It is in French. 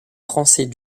français